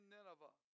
Nineveh